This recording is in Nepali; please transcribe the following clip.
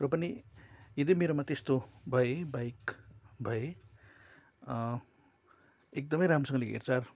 र पनि यदि मेरोमा त्यस्तो भए बाइक भए एकदमै राम्रोसँगले हेरचाह